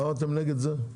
למה אתם נגד זה?